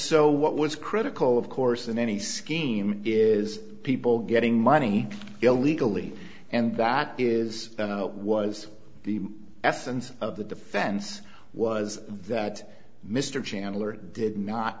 so what was critical of course in any scheme is people getting money illegally and that is what was the essence of the defense was that mr chandler did not